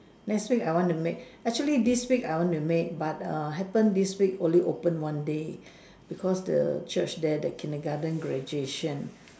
let's say I want to make actually this week I want to make but err happen this week only open one day because the Church there the kindergarten graduation